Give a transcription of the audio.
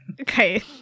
okay